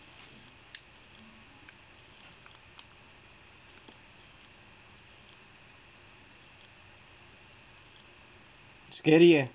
scary uh